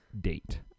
date